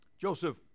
Joseph